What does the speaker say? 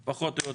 פחות או יותר.